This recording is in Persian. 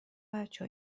بچه